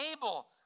able